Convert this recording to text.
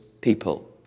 people